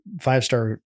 five-star